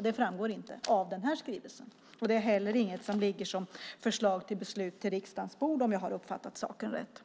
Det framgår inte av den här skrivelsen när under 2008 det ska ske. Det är inte heller något som ligger som förslag till beslut på riksdagens bord, om jag har uppfattat saken rätt.